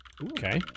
Okay